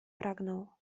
pragnął